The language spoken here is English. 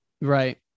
right